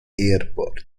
airport